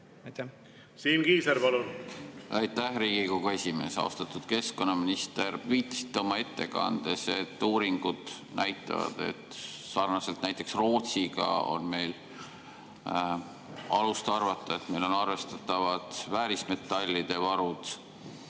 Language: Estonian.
Siim Kiisler, palun! Aitäh, Riigikogu esimees! Austatud keskkonnaminister! Viitasite oma ettekandes, et uuringud näitavad, et sarnaselt näiteks Rootsiga on meil alust arvata, et meil on arvestatavad väärismetallide varud.